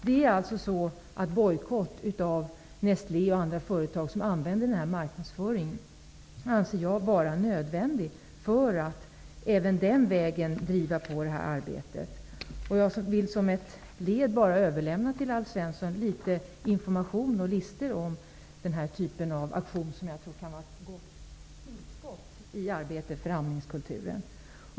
Jag anser därför att bojkott av Nestlé och andra företag som använder denna marknadsföring är nödvändig för att även den vägen driva på detta arbete. Jag vill som ett led i detta arbete till Alf Svensson överlämna litet information och en del listor om denna typ av aktion, som jag tror kan vara ett gott tillskott i arbetet för amningskulturen.